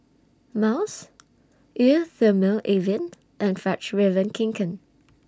Miles Eau Thermale Avene and Fjallraven Kanken